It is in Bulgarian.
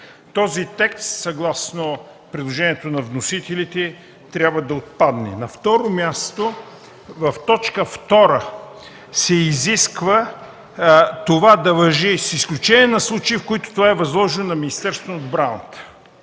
Този текст, съгласно предложението на вносителите, трябва да отпадне. На второ място, в т. 2 се изисква това да важи: „с изключение на случаи, в които това е възложено на Министерството на отбраната”.